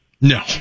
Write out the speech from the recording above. No